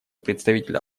представителя